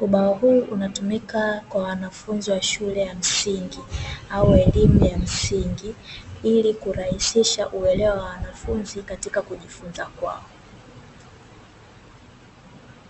ubao huu unatumika kwa wanafunzi wa shule ya msingi au elimu ya msingi, ili kurahisisha uelewa wa wanafunzi katika kujifunza kwao.